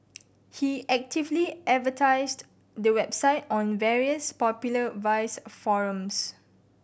he actively advertised the website on various popular vice forums